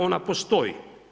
Ona postoji.